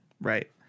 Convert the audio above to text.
Right